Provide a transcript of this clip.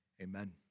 Amen